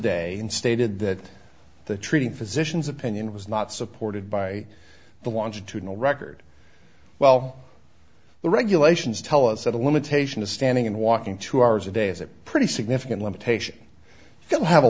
day and stated that the treating physicians opinion was not supported by the wanted to know record well the regulations tell us that a limitation of standing and walking two hours a day is a pretty significant limitation you'll have a